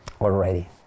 already